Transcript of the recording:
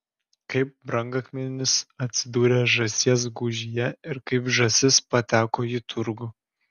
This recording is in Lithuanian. kaip brangakmenis atsidūrė žąsies gūžyje ir kaip žąsis pateko į turgų